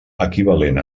equivalent